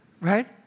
Right